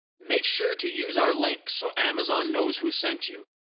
make sure to use our link so amazon knows who sent you,